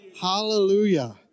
Hallelujah